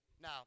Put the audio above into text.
Now